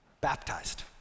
Baptized